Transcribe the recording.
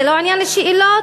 זה לא עניין לשאלות?